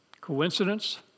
Coincidence